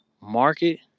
market